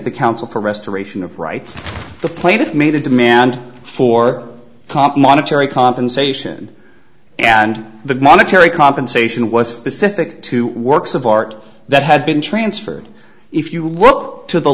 the counsel for restoration of rights the plaintiff made a demand for comp monetary compensation and the monetary compensation was specific to works of art that had been transferred if you look to the